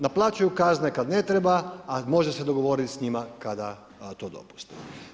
Naplaćuju kazne kad ne treba a može se dogovoriti s njima kada to dopuste.